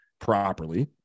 properly